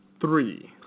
Three